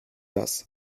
das